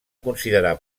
considerar